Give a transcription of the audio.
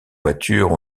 voitures